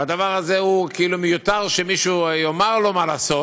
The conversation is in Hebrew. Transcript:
והדבר הזה כאילו מיותר שמישהו יאמר לו מה לעשות.